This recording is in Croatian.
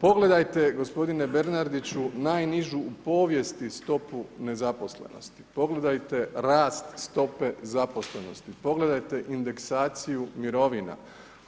Pogledajte gospodine Bernardiću najnižu u povijesti stopu nezaposlenosti, pogledajte rast stope zaposlenosti, pogledajte indeksaciju mirovina